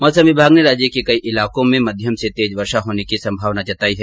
मौसम विभाग ने राज्य के कई इलाकों में मध्यम से तेज वर्षा होने की संभावना जताई है